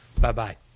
Bye-bye